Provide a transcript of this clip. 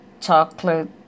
chocolate